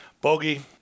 Bogey